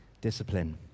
discipline